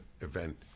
event